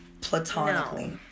Platonically